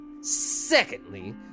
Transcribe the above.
Secondly